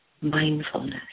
Mindfulness